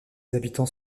habitants